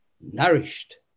nourished